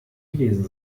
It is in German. gewesen